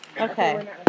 Okay